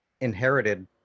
inherited